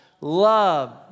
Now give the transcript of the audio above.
love